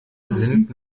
sind